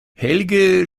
helge